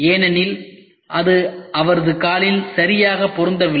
ஏனெனில் அது அவரது காலில் சரியாக பொருந்தவில்லை